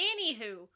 anywho